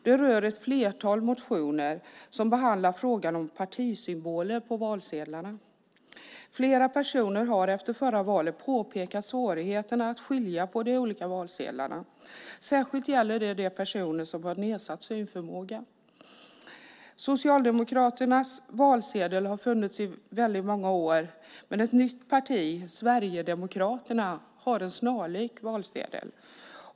Den rör ett flertal motioner som behandlar frågan om partisymboler på valsedlarna. Flera personer har efter förra valet påpekat svårigheterna att skilja på de olika valsedlarna. Särskilt gäller det de personer som har nedsatt synförmåga. Socialdemokraternas valsedel har funnits i väldigt många år. Men ett nytt parti, Sverigedemokraterna, har en snarlik valsedel.